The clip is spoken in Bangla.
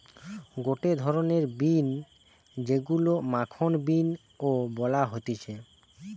গটে ধরণের বিন যেইগুলো মাখন বিন ও বলা হতিছে